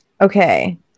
Okay